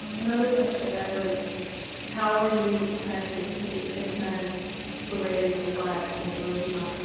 another question i had was how were you connected to the six men who raised the flag in iwo jima?